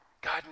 God